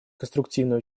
конструктивное